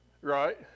Right